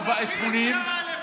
80 מיליון,